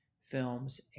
films